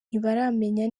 ntibaramenya